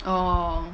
orh